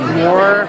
more